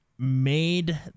Made